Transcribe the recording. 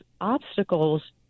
obstacles